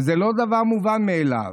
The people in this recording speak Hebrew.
וזה לא דבר מובן מאליו,